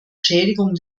schädigung